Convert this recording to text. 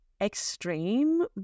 extreme